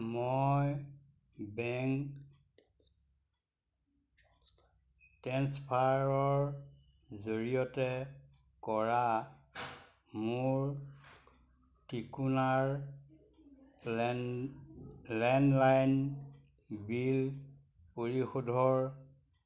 মই বেংক ট্ৰেন্সফাৰৰ জৰিয়তে কৰা মোৰ টিকোনাৰ লেণ্ডলাইন বিল পৰিশোধৰ